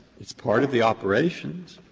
it's part of the operations,